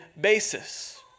basis